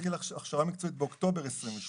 הוא התחיל הכשרה מקצועית באוקטובר 2022